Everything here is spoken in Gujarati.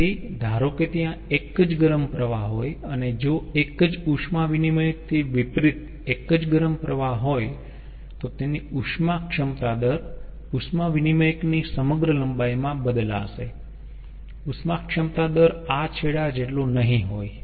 તેથી ધારો કે ત્યાં એક જ ગરમ પ્રવાહ હોય અને જો એક જ ઉષ્મા વિનીમયક થી વિપરીત એક જ ગરમ પ્રવાહ હોય તો તેની ઉષ્મા ક્ષમતા દર ઉષ્મા વિનીમયકની સમગ્ર લંબાઈમાં બદલાશે ઉષ્મા ક્ષમતા દર આ છેડા જેટલો નહીં હોય